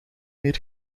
meer